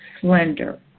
slender